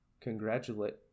congratulate